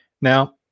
Now